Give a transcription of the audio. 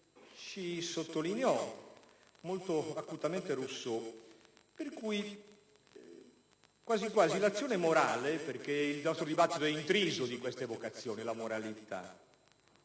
ci sottolineò molto acutamente Rousseau, per cui quasi quasi l'azione morale (perché il nostro dibattito è intriso di questa vocazione, la moralità)